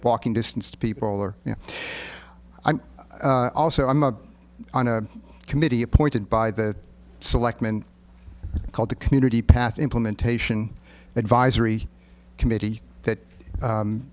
walking distance to people or you know i'm also i'm a on a committee appointed by the selectmen called the community path implementation advisory committee that